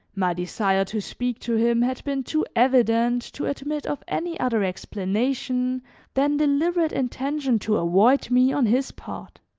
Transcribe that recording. my desire to speak to him had been too evident to admit of any other explanation than deliberate intention to avoid me on his part.